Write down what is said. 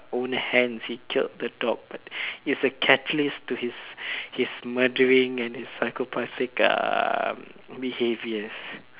own hands he killed the dog but is a catalyst to his his murdering and psychopathic uh behaviours